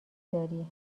داری